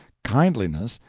kindliness,